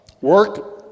work